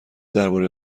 درباره